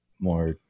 more